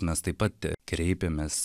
mes taip pat a kreipėmės